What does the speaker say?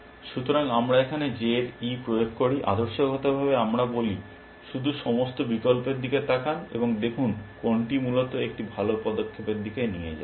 সুতরাং আমরা এখানে J এর e প্রয়োগ করি আদর্শভাবে আমরা বলি শুধু সমস্ত বিকল্পের দিকে তাকান এবং দেখুন কোনটি মূলত একটি ভাল পদক্ষেপের দিকে নিয়ে যায়